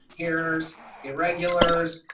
here's irregulars.